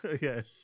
Yes